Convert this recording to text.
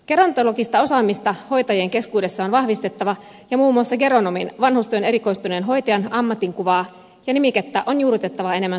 gerontologista osaamista hoitajien keskuudessa on vahvistettava ja muun muassa geronomin vanhustyöhön erikoistuneen hoitajan ammatinkuvaa ja nimikettä on juurrutettava enemmän suomalaiseen vahustyöhön